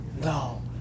no